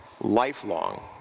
lifelong